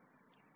Y A